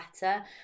better